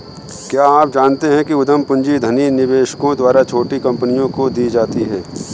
क्या आप जानते है उद्यम पूंजी धनी निवेशकों द्वारा छोटी कंपनियों को दी जाती है?